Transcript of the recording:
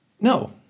No